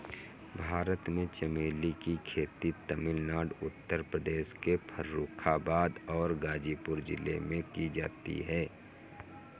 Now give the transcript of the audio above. भारत में चमेली की खेती तमिलनाडु उत्तर प्रदेश के फर्रुखाबाद और गाजीपुर जिलों में की जाती है